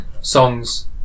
Songs